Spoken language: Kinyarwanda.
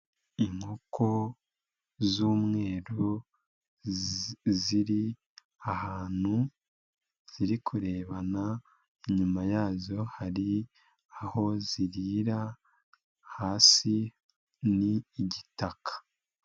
Inkoko z'umweru ziri ahantu ziri kurebana, inyuma yazo hari aho zirira, hasi ni igitaka.